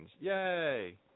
Yay